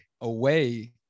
away